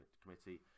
committee